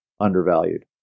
undervalued